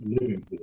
living